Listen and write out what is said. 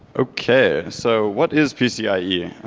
okay. so what is pcie?